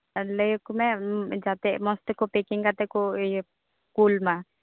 ᱟᱨ ᱞᱟᱹᱭ ᱟᱠᱚ ᱢᱮ ᱡᱟᱛᱮ ᱢᱚᱡᱽ ᱛᱮᱠᱚ ᱯᱮᱠᱤᱝ ᱠᱟᱛᱮᱫ ᱠᱚ ᱤᱭᱟᱹ ᱠᱩᱞ ᱢᱟ